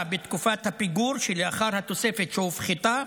בתקופת הפיגור שלאחר התוספת שהופחתה,